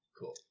Cool